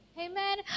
Amen